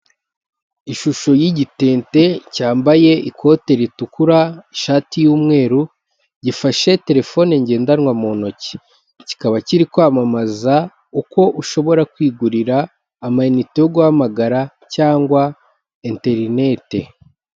Ishusho y'igitente cyambaye ikote ritukura, ishati y'umweru, gifashe telefone ngendanwa mu ntoki. Kikaba kiri kwamamaza uko ushobora kwigurira amayinite yo guhamagara cyangwa enterinete.